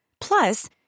Plus